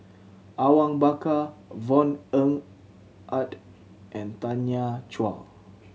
Awang Bakar Yvonne Ng Uhde and Tanya Chua